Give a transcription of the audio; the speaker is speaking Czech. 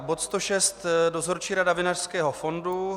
Bod 106, Dozorčí rada Vinařského fondu.